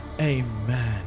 Amen